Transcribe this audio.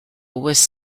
was